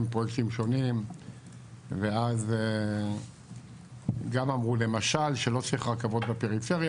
פרויקטים שונים ואז גם אמרו למשל שלא צריך רכבות בפריפריה